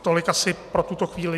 Tolik asi pro tuto chvíli.